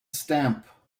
stamp